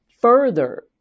further